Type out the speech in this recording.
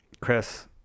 Chris